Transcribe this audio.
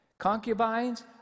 Concubines